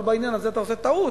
אבל בעניין הזה אתה עושה טעות.